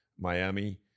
Miami